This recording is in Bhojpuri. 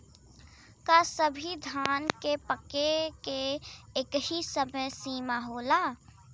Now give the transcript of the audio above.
का सभी धान के पके के एकही समय सीमा होला?